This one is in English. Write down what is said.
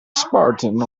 spartan